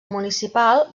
municipal